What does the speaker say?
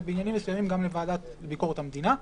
ובעניינים מסוימים גם לוועדה לענייני ביקורת המדינה,